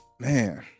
Man